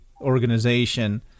organization